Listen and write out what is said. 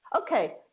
Okay